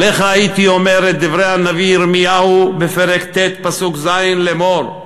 עליך הייתי אומר את דברי ירמיהו הנביא בפרק ט' פסוק ז' לאמור: